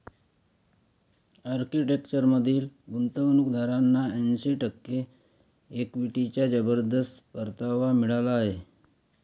आर्किटेक्चरमधील गुंतवणूकदारांना ऐंशी टक्के इक्विटीचा जबरदस्त परतावा मिळाला आहे